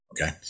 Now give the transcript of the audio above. Okay